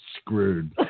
screwed